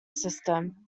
system